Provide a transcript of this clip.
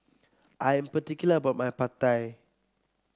I'm particular about my Pad Thai